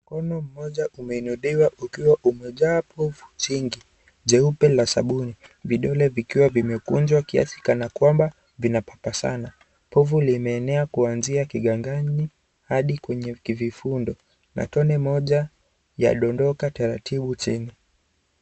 Mkono mmoja umeinuliwa ukiwa umejaa povu jingi jeupe la sabuni. Vidole vikiwa vimekunjwa kiasi kana kwamba vinapapasana. Povu limeenea kwanzia kiganjani hadi kwenye vifundo, na tone moja yadondoka taratibu chini.